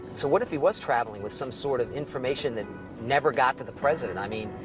so what if he was traveling with some sort of information that never got to the president. i mean,